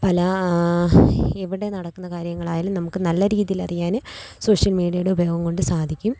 പല എവിടെ നടക്കുന്ന കാര്യങ്ങളായാലും നമുക്ക് നല്ല രീതിയിലറിയാനും സോഷ്യൽ മീഡിയയുടെ ഉപയോഗം കൊണ്ട് സാധിക്കും